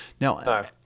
Now